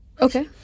okay